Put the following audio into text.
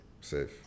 Safe